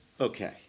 okay